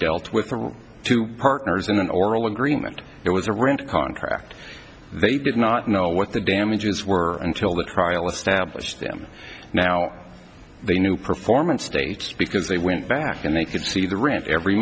dealt with two partners in an oral agreement it was a rent contract they did not know what the damages were until the trial established them now the new performance stage because they went back and they could see the rent every